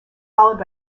followed